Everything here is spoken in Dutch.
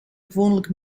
gewoonlijk